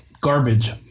garbage